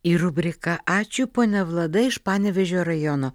į rubriką ačiū ponia vlada iš panevėžio rajono